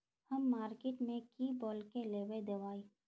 हम मार्किट में की बोल के लेबे दवाई?